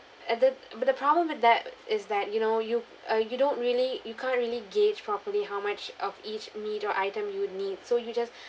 and that but the problem with that is that you know you uh you don't really you can't really gauge properly how much of each meat or item you'd need so you just